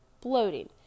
bloating